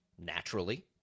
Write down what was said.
Naturally